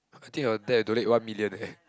I think our dad will donate one million eh